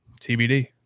tbd